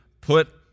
put